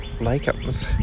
lichens